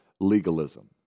legalism